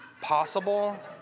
possible